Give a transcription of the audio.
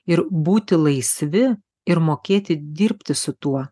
ir būti laisvi ir mokėti dirbti su tuo